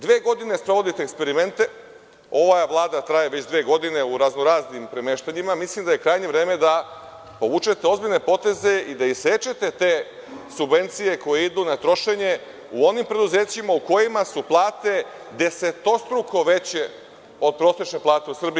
Dve godine sprovodite eksperimente, ova vlada traje već dve godine u raznoraznim premeštanjima, mislim da je krajnje vreme da povučete ozbiljne poteze i da isečete te subvencije koje idu na trošenje u onim preduzećima u kojima su plate desetostruko veće od prosečne plate u Srbiji.